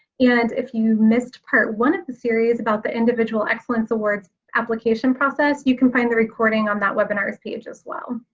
and if you missed part one of the series about the individual excellence awards application process, you can find the recording on that webinars page as well.